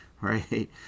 right